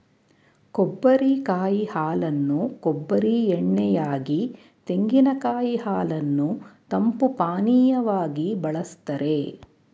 ಕೊಬ್ಬರಿ ಕಾಯಿ ಹಾಲನ್ನು ಕೊಬ್ಬರಿ ಎಣ್ಣೆ ಯಾಗಿ, ತೆಂಗಿನಕಾಯಿ ಹಾಲನ್ನು ತಂಪು ಪಾನೀಯವಾಗಿ ಬಳ್ಸತ್ತರೆ